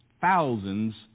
thousands